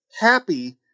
happy